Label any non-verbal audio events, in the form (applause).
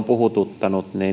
(unintelligible) puhututtanut